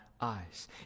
eyes